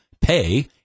pay